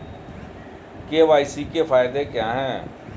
KYC के फायदे क्या है?